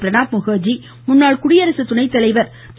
பிரணாப் முகர்ஜி முன்னாள் குடியரசு துணைத்தலைவர் திரு